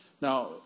Now